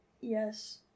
Yes